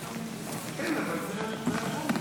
בצלאל ויבגני סובה.